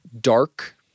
dark